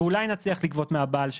ואולי נצליח לגבות מהבעל שלך.